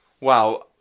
wow